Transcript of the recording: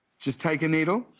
just take a needle.